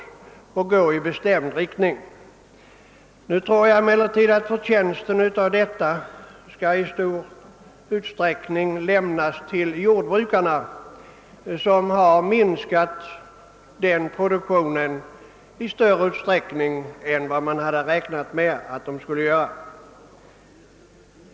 Jag tror emellertid att förtjänsten härför i stor utsträckning tillkommer jordbrukarna, som har minskat mjölkproduktionen i större utsträckning än vad man hade räknat med att de skulle göra.